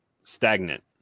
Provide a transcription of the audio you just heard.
stagnant